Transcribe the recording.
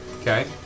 Okay